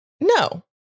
No